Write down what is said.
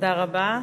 תודה רבה.